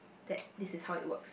that this is how it works